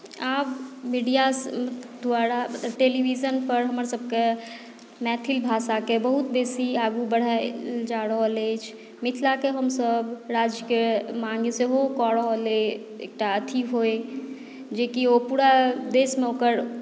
आब मीडिया द्वारा मतलब टेलीविजनपर हमरसभके मैथिल भाषाकेँ बहुत बेसी आगू बढ़ायल जा रहल अछि मिथिलाके हमसभ राज्यके माँग सेहो कऽ रहल अइ एकटा अथी होय जेकि ओ पूरा देशमे ओकर